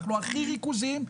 אנחנו הכי ריכוזיים.